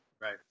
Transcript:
Right